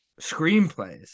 screenplays